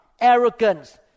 arrogance